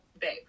babe